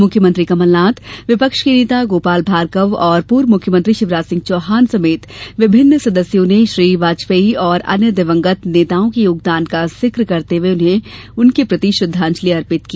मुख्यमंत्री कमलनाथ विपक्ष के नेता गोपाल भार्गव और पूर्व मुख्यमंत्री शिवराज सिंह चौहान समेत विभिन्न सदस्यों ने श्री वाजपेयी और अन्य दिवंगत नेताओं के योगदान का जिक्र करते हुए उनके प्रति श्रद्धांजलि अर्पित की